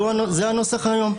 זה הנוסח היום.